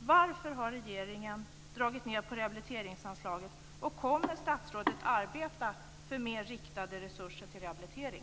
Varför har regeringen dragit ned på rehabiliteringsanslaget? Kommer statsrådet att arbeta för mer riktade resurser till rehabilitering?